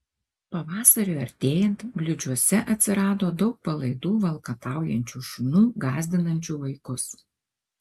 pavasariui artėjant bliūdžiuose atsirado daug palaidų valkataujančių šunų gąsdinančių vaikus